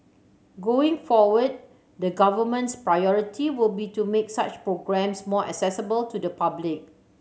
going forward the Government's priority will be to make such programmes more accessible to the public